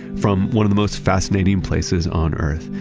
from one of the most fascinating places on earth.